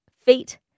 Feet